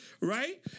right